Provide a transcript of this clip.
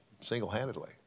single-handedly